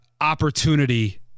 opportunity